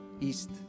East